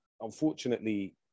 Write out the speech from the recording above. unfortunately